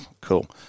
cool